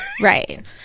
Right